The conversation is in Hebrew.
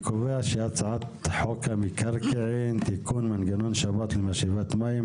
אני קובע שהצעת חוק המקרקעין (תיקון) (מנגנון שבת למשאבת מים),